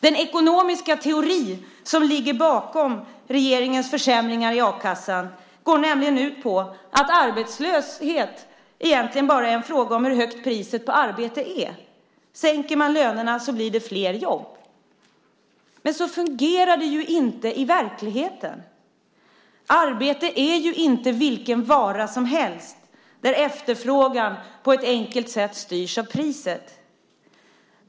Den ekonomiska teori som ligger bakom regeringens försämringar i a-kassan går nämligen ut på att arbetslöshet egentligen bara är en fråga om hur högt priset på arbete är. Sänker man lönerna blir det flera jobb. Så fungerar det ju inte i verkligheten. Arbete är ju inte vilken vara som helst där efterfrågan på ett enkelt sätt styrs av priset.